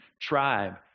tribe